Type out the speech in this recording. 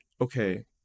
okay